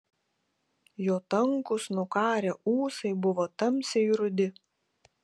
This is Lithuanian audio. jo tankūs nukarę ūsai buvo tamsiai rudi